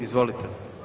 Izvolite.